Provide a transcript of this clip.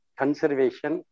conservation